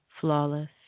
Flawless